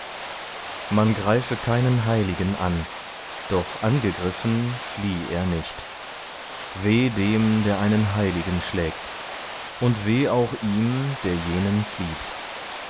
man greife keinen heiligen an doch angegriffen flieh er nicht weh dem der einen heiligen schlägt und weh auch ihm der jenen flieht